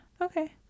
Okay